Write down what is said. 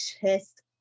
chest